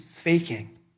faking